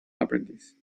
apprentice